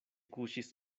kuŝis